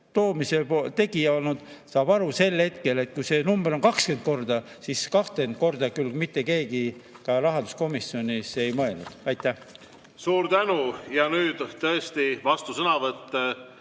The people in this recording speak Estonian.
toomisel tegija olnud, saab aru sel hetkel, et kui see number on 20 korda, siis 20 korda [kasvu] küll mitte keegi ka rahanduskomisjonis ei mõelnud. Aitäh! Suur tänu! Ja nüüd tõesti vastusõnavõtt.